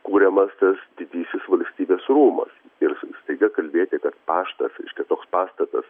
kuriamas tas didysis valstybės rūmas ir staiga kalbėti kad paštas reiškia toks pastatas